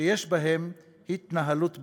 שיש בהם התנהלות ברשתות.